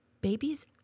babies